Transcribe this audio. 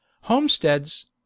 Homesteads